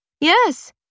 Yes